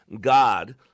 God